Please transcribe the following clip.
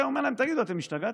הוא אמר להם: תגידו, אתם השתגעתם?